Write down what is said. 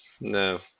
no